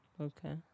Okay